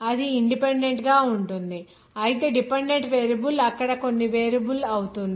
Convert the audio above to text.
అది independent గా ఉంటుంది అయితే డిపెండెంట్ వేరియబుల్ అక్కడ కొన్ని వేరియబుల్ అవుతుంది